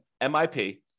MIP